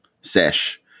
sesh